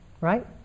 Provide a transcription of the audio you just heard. right